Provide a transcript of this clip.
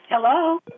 Hello